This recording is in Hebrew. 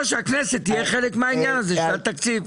שהכנסת תהיה חלק מהעניין הזה של התקציב.